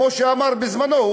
כמו שהוא אמר בזמנו,